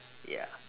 ya